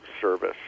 service